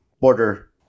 border